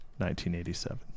1987